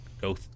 Go